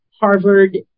Harvard